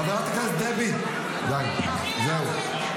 --- חברת הכנסת דבי, די, זהו.